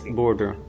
border